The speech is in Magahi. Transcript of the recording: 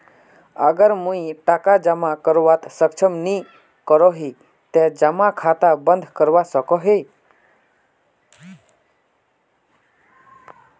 अगर मुई टका जमा करवात सक्षम नी करोही ते जमा खाता बंद करवा सकोहो ही?